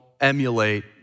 emulate